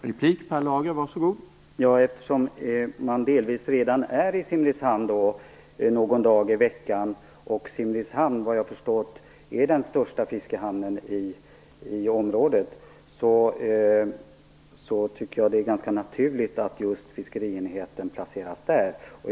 Herr talman! Eftersom personal från fiskerienheten redan nu är i Simrishamn någon dag i veckan, och eftersom Simrishamn vad jag har förstått är den största fiskehamnen i området tycker jag att det är ganska naturligt att fiskerienheten placeras där.